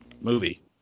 movie